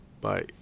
bye